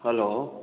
hello